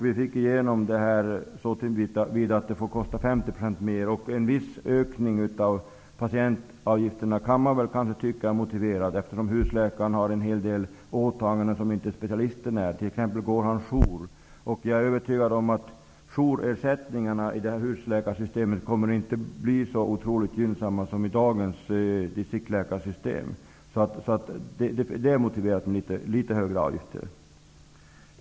Vi fick igenom det kravet så till vida att det får kosta 50 % mer att gå till privatpraktiserande specialist. En viss ökning av patientavgifterna kan man kanske tycka vara motiverad, eftersom husläkaren har en hel del åtaganden som inte specialisten har. Han går t.ex. jour. Jag är övertygad om att jourersättningarna i husläkarsystemet inte kommer att bli så otroligt gynnsamma som i dagens distriktsläkarsystem. Det är motiverat med en litet högre avgift.